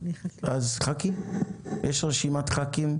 יש רשימת ח"כים,